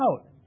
out